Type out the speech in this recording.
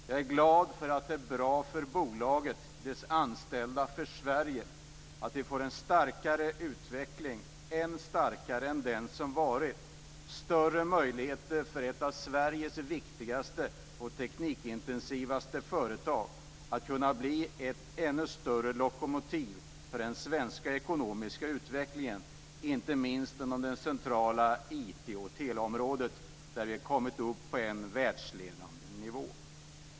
Jag är glad därför att det är bra för bolaget, för dess anställda och för Sverige att vi får en än starkare utveckling än den som har varit och möjligheter för ett av Sveriges viktigaste och teknikintensivaste företag att bli ett ännu större lokomotiv för den svenska ekonomiska utvecklingen, inte minst inom det centrala IT och teleområdet, där vi har kommit upp på en världsledande nivå.